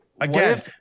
Again